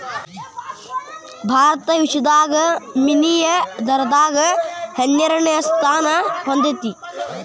ಭಾರತ ವಿಶ್ವದಾಗ ವಿನಿಮಯ ದರದಾಗ ಹನ್ನೆರಡನೆ ಸ್ಥಾನಾ ಹೊಂದೇತಿ